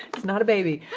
it's not a baby.